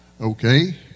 okay